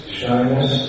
shyness